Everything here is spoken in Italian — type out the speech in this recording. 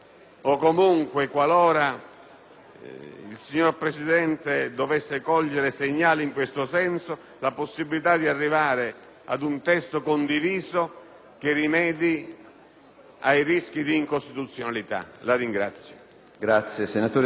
il signor Presidente dovesse cogliere segnali in questo senso, per la possibilità di arrivare ad un testo condiviso che rimedi ai rischi di incostituzionalità. *(Applausi